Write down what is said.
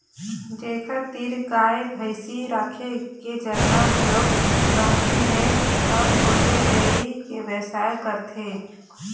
जेखर तीर गाय भइसी राखे के जघा घलोक कमती हे त छोटे डेयरी के बेवसाय करथे